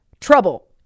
trouble